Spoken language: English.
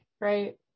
right